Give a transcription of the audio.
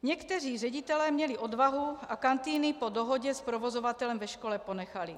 Někteří ředitelé měli odvahu a kantýny po dohodě s provozovatelem ve škole ponechali.